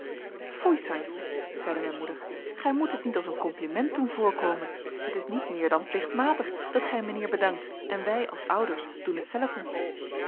foei santje zeide mijn moeder gij moet dit niet als een compliment doen voorkomen het is niet meer dan plichtmatig dat gij mijnheer bedankt en wij als ouders doen hetzelfde